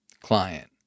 client